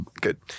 Good